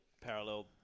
parallel